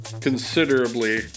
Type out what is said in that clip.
considerably